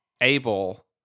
able